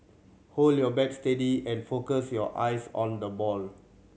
hold your bat steady and focus your eyes on the ball